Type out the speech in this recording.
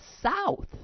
South